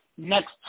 next